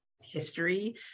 history